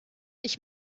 ich